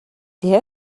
der